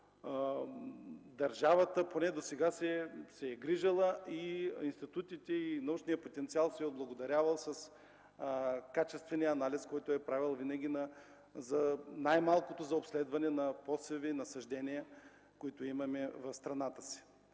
държавата поне досега се е грижила. Институтите и научният потенциал се е отблагодарявал с качествен анализ, който е правен винаги, най-малкото за обследване на посеви и насаждения, които имаме в страната.